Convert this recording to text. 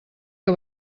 que